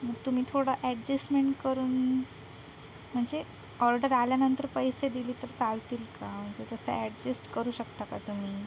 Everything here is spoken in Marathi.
मग तुम्ही थोडं अॅडजेस्टमेंट करून म्हणजे ऑर्डर आल्यानंतर पैसे दिले तर चालतील का म्हणजे तसं अॅडजेस्ट करू शकता का तुम्ही